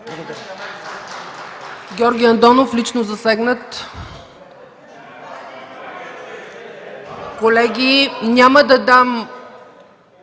Благодаря